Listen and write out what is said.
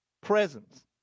presence